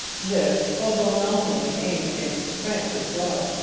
this, although nominally aimed against france as well,